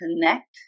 connect